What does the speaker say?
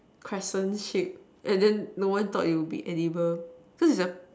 crescent shape and then no one thought it would be edible cause its a